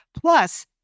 Plus